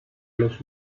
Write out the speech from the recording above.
los